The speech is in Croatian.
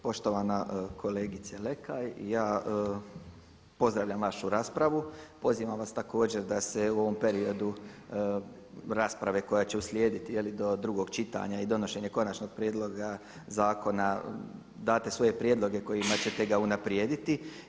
Poštovana kolegice Lekaj ja pozdravljam vašu raspravu, pozivam vas također da se u ovom periodu rasprave koja će uslijediti do drugog čitanja i donošenja konačnog prijedloga zakona, date svoje prijedloge kojima ćete ga unaprijediti.